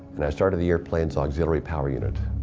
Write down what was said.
and i started the airplane's auxiliary power unit.